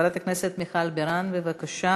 חברת הכנסת מיכל בירן, בבקשה,